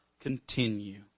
continue